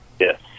Yes